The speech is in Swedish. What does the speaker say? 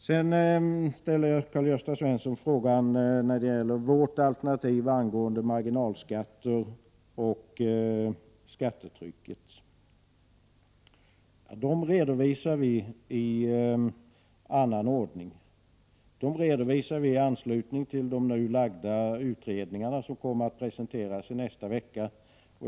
Sedan frågar Karl-Gösta Svenson om vårt alternativ rörande marginalskatter och skattetryck. De förslagen redovisar vi i annan ordning, i anslutning till de nu framlagda utredningsbetänkanden som kommer att presenteras i nästa vecka.